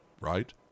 right